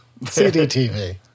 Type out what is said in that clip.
CDTV